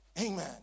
Amen